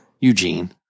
Eugene